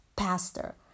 pastor